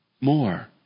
more